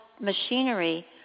machinery